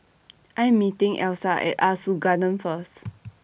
I Am meeting Elsa At Ah Soo Garden First